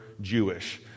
Jewish